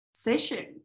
session